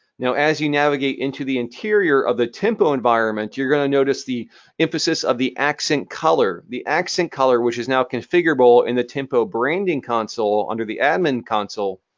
now, as you navigate into the interior of the tempo environment, you're going to notice the emphasis of the accent color, the accent color, which is now configurable, and in the tempo branding console under the admin console.